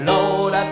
Lord